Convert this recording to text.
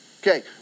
Okay